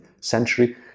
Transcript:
century